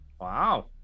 Wow